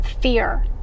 fear